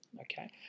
okay